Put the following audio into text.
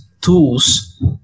tools